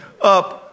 up